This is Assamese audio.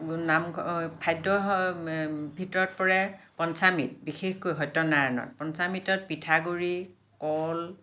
নাম হয় খাদ্য হয় ভিতৰত পৰে পঞ্চামৃত বিশেষকৈ সত্য নাৰায়ণত পঞ্চামৃতত পিঠাগুড়ি কল